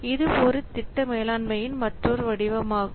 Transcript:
இது ஒரு திட்ட மேலாண்மையின் மற்றொரு வடிவமாகும்